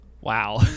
Wow